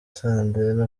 sandrine